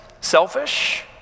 selfish